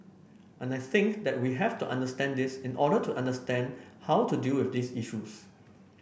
and I think that we have to understand this in order to understand how to deal with these issues